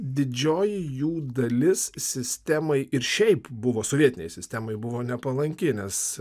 didžioji jų dalis sistemai ir šiaip buvo sovietinei sistemai buvo nepalanki nes